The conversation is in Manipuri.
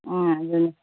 ꯎꯝ ꯑꯗꯨꯅꯤ